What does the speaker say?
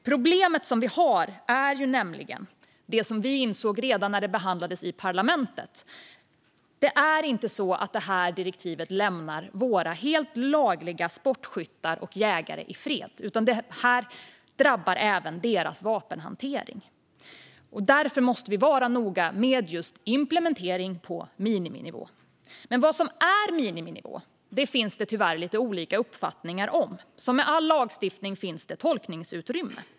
Problemet är nämligen det som vi insåg redan när det behandlades i parlamentet; det här direktivet lämnar inte våra helt lagliga sportskyttar och jägare i fred. Det drabbar även deras vapenhantering. Därför måste vi vara noga med just implementering på miniminivå. Vad som är miniminivå finns det dock lite olika uppfattningar om tyvärr. Som med all lagstiftning finns det tolkningsutrymme.